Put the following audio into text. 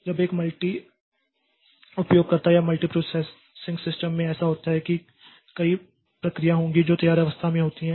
अब एक मल्टी उपयोगकर्ता या मल्टीप्रोसेसिंग सिस्टम में ऐसा होता है कि कई प्रक्रिया होंगी जो तैयार अवस्था में होती हैं